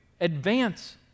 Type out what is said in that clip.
advance